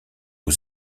aux